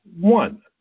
one